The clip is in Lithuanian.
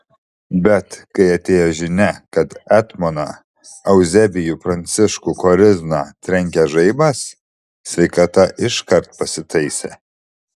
bet kai atėjo žinia kad etmoną euzebijų pranciškų korizną trenkė žaibas sveikata iškart pasitaisė